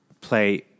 play